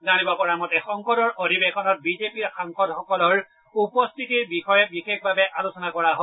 জানিব পৰা মতে সংসদৰ অধিৱেশনত বিজেপি সাংসদসকলৰ উপস্থিতিৰ বিষয়ে বিশেষভাৱে আলোচনা কৰা হয়